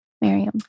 Miriam